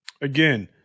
Again